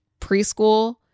preschool